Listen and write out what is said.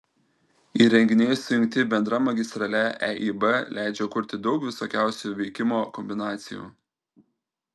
įrenginiai sujungti bendra magistrale eib leidžia kurti daug visokiausių veikimo kombinacijų